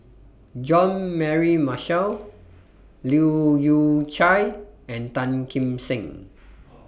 Jean Mary Marshall Leu Yew Chye and Tan Kim Seng